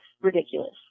ridiculous